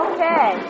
Okay